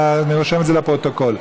אני רושם את זה לפרוטוקול.